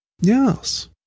Yes